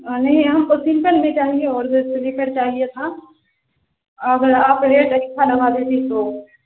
نہیں یہاں پر بھی چاہیے اور سلیپر چاہیے تھا اگر آپ ریٹ اچھا لگا دیتیں تو